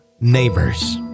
Neighbors